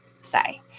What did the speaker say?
say